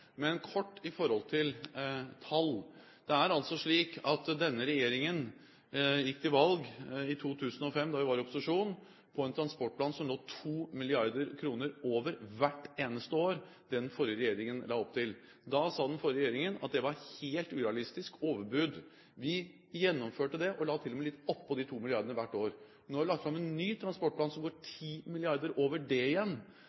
Men kort i forhold til tall: Denne regjeringen gikk til valg i 2005, da vi var i opposisjon, på en transportplan som hvert eneste år lå 2 mrd. kr over det den forrige regjeringen la opp til. Da sa den forrige regjeringen at det var et helt urealistisk overbud. Vi gjennomførte det og la til og med litt oppå de to milliardene hvert år. Nå har vi lagt fram en ny transportplan, som går 10 mrd. kr over det igjen,